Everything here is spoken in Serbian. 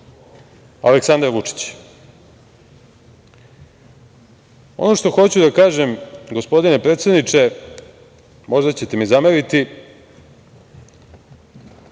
Aleksandar Vučić. Ono što hoću da kažem, gospodine predsedniče, možda ćete mi zameriti,